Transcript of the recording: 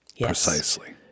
Precisely